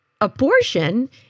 abortion